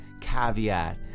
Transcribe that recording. caveat